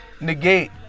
negate